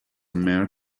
mare